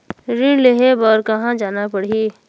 ऋण लेहे बार कहा जाना पड़ही?